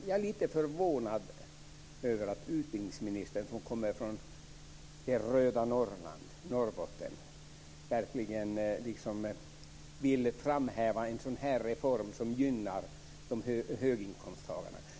Jag är lite förvånad över att utbildningsministern som kommer från det röda Norrbotten vill framhäva en reform som gynnar höginkomsttagarna.